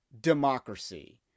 democracy